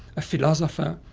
a philosopher,